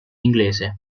inglese